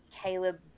Caleb